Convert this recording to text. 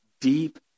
deep